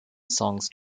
songs